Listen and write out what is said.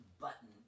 button